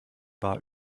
war